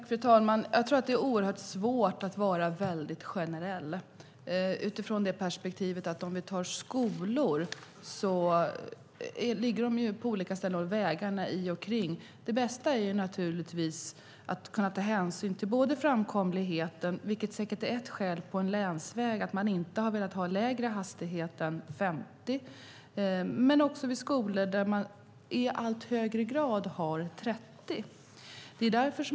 Fru talman! Jag tror att det är svårt att vara generell. Skolor ligger ju på olika ställen och det finns olika sorters vägar omkring dem. Det bästa är naturligtvis att kunna ta hänsyn till både framkomligheten - vilket säkert är ett skäl för att man inte har velat ha lägre hastighet än 50 på en länsväg - och säkerheten. Vid skolor har man i allt högre grad 30 som hastighetsgräns.